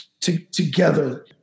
together